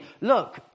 look